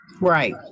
Right